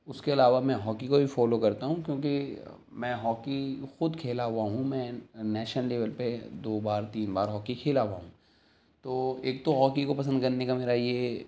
اس کے علاوہ میں ہاکی کو بھی فالو کرتا ہوں کیونکہ میں ہاکی خود کھیلا ہوا ہوں میں نیشنل لیول پہ دو بار تین بار ہاکی کھیلا ہوا ہوں تو ایک تو ہاکی کو پسند کرنے کا میرا یہ